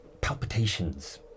palpitations